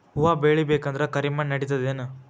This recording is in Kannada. ಹುವ ಬೇಳಿ ಬೇಕಂದ್ರ ಕರಿಮಣ್ ನಡಿತದೇನು?